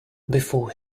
before